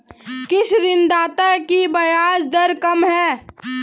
किस ऋणदाता की ब्याज दर कम है?